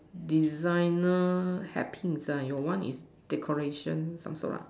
designer happy design your one is decoration some sort lah